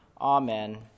Amen